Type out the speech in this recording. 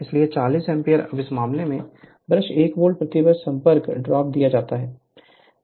इसलिए 40 एम्पीयर अब इस मामले में ब्रश 1 वोल्ट प्रति ब्रश संपर्क ड्रॉप दिया जाता है